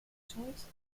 choice